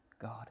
God